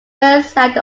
burnside